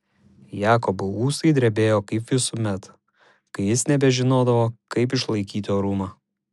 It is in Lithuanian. jakobo ūsai drebėjo kaip visuomet kai jis nebežinodavo kaip išlaikyti orumą